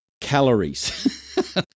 calories